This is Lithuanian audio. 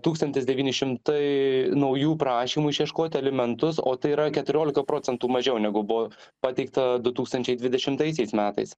tūkstantis devyni šimtai naujų prašymų išieškot alimentus o tai yra keturiolika procentų mažiau negu buvo pateikta du tūkstančiai dvidešimtaisiais metais